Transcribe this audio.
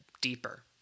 deeper